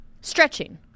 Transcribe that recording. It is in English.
Stretching